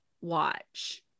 watch